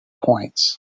points